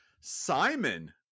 Simon